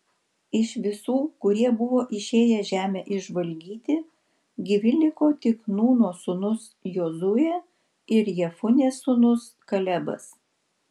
iš visų kurie buvo išėję žemę išžvalgyti gyvi liko tik nūno sūnus jozuė ir jefunės sūnus kalebas